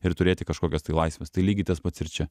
ir turėti kažkokias tai laisvės tai lygiai tas pats ir čia